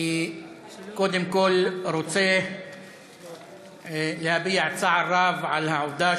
אני קודם כול רוצה להביע צער רב על העובדה